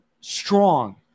strong